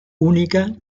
única